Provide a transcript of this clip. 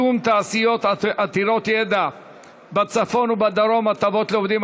תעשיות עתירות ידע בצפון ובדרום (הטבות לעובדים),